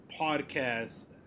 podcast